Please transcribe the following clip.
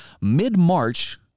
mid-March